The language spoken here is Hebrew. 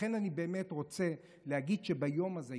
לכן אני רוצה להגיד שביום הזה,